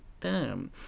term